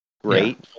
great